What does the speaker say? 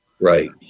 Right